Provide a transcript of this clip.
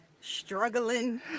struggling